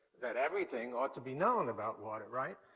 that everything ought to be known about water, right?